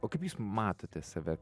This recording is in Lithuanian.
o kaip jūs matote save